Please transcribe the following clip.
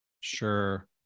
Sure